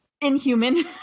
inhuman